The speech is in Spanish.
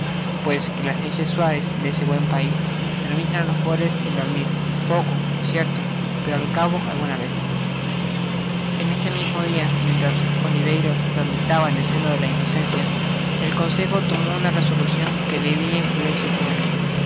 ues que las leyes suaves de ese buen pais permiten á los pobres el dormir poco es cierto pero al cabo alguna vez en este mismo dia mientras que oliverio dormitaba en el seno de la inocencia el consejo tomaba una resolucion que debia influir en su